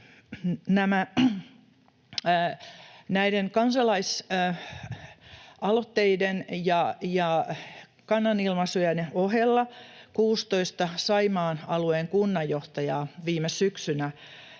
Näiden kansalaisaloitteiden ja kannanilmaisujen ohella 16 Saimaan alueen kunnanjohtajaa otti viime syksynä